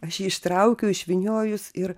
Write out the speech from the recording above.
aš jį ištraukiu išvyniojus ir